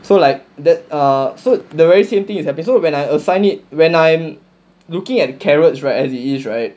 so like that err so the very same thing is happening so when I assign it when I'm looking at carrots right as it is right